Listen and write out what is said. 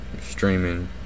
streaming